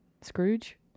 Scrooge